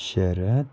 ಶರತ್